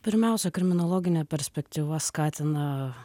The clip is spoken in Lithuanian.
pirmiausia kriminologinė perspektyva skatina